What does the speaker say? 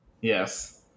Yes